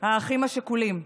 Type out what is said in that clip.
האחים השכולים.